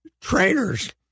trainers